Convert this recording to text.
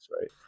right